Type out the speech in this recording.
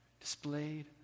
displayed